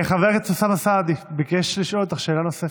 חבר הכנסת אוסאמה סעדי ביקש לשאול אותך שאלה נוספת,